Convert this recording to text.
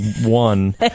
one